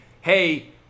hey